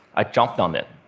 i jumped on it,